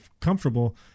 comfortable